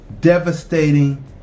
devastating